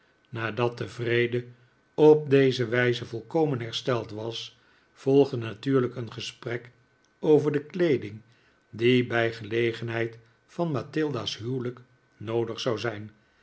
nadat de vrede op deze wijze volkomen hersteld was volgde natuurlijk een gesprek over de kleeding die bij gelegenheid van f mathilda's huwelijk noodig zou zijn